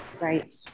Right